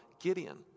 Gideon